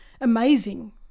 amazing